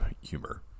humor